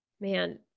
man